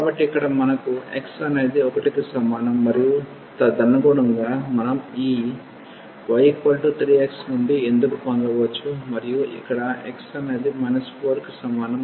కాబట్టి ఇక్కడ మనకు x అనేది 1 కి సమానం మరియు తదనుగుణంగా మనం ఈ y3x నుండి ఎందుకు పొందవచ్చు మరియు ఇక్కడ x అనేది 4 కి సమానం